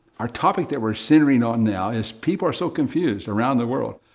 our topic that we're centering on now is, people are so confused around the world.